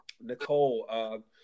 Nicole